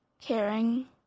Caring